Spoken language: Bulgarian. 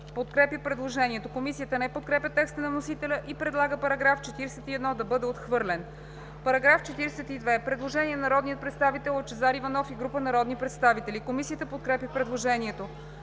подкрепя предложението. Комисията не подкрепя текста на вносителя и предлага § 41 да бъде отхвърлен. По § 42 – предложение на народния представител Лъчезар Иванов и група народни представители. Комисията подкрепя предложението.